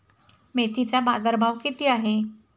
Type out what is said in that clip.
मेथीचा बाजारभाव किती आहे?